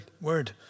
word